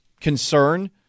concern